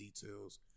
details